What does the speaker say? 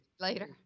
Later